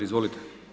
Izvolite.